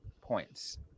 points